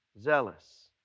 zealous